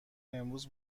امروز